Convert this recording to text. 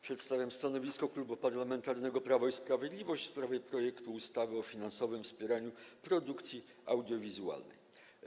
Przedstawiam stanowisko Klubu Parlamentarnego Prawo i Sprawiedliwość w sprawie projektu ustawy o finansowym wspieraniu produkcji audiowizualnej.